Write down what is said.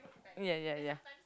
ya ya ya